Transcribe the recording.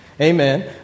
Amen